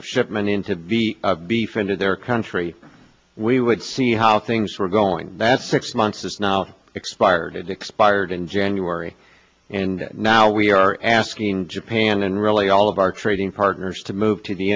of shipment in to beef into their country we were see how things were going that six months is now expired it expired in january and now we are asking japan and really all of our trading partners to move to the